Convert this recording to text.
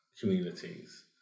communities